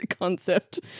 concept